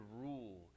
rule